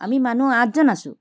আমি মানুহ আঠজন আছোঁ